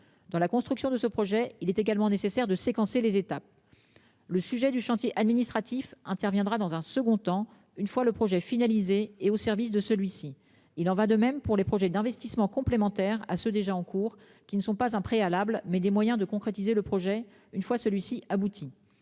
dans la construction de ce projet. Il est également nécessaire de séquencer les étapes. Le sujet du chantier administratif interviendra dans un second temps, une fois le projet finalisé et au service de celui-ci, il en va de même pour les projets d'investissements complémentaires à ceux déjà en cours qui ne sont pas un préalable mais des moyens de concrétiser le projet une fois celui-ci aboutit.